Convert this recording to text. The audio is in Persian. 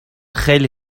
خیلی